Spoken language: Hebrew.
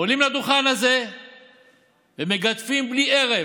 עולים לדוכן הזה ומגדפים בלי הרף.